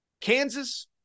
Kansas